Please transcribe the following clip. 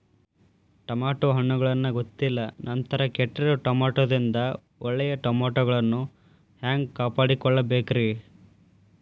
Tomato ಹಣ್ಣುಗಳನ್ನ ಗೊತ್ತಿಲ್ಲ ನಂತರ ಕೆಟ್ಟಿರುವ ಟಮಾಟೊದಿಂದ ಒಳ್ಳೆಯ ಟಮಾಟೊಗಳನ್ನು ಹ್ಯಾಂಗ ಕಾಪಾಡಿಕೊಳ್ಳಬೇಕರೇ?